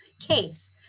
case